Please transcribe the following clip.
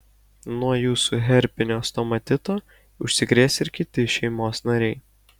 nuo jūsų herpinio stomatito užsikrės ir kiti šeimos nariai